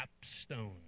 capstone